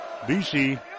BC